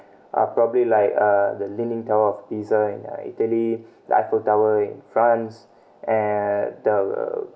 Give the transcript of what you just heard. uh probably like uh the leaning tower of pisa in uh italy the eiffel tower in france and the